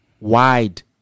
wide